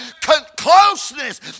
closeness